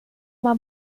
uma